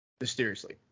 mysteriously